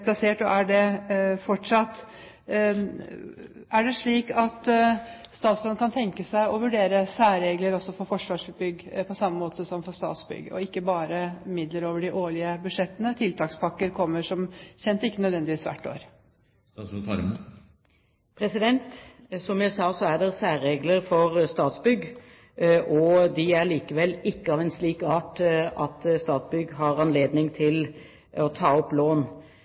plassert, og er det fortsatt. Er det slik at statsråden kan tenke seg å vurdere særregler også for Forsvarsbygg, på samme måte som for Statsbygg, og ikke bare bevilge midler over de årlige budsjettene? Tiltakspakker kommer som kjent ikke nødvendigvis hvert år. Som jeg sa, er det særregler for Statsbygg. De er likevel ikke av en slik art at Statsbygg har anledning til å ta opp lån.